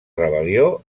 rebel·lió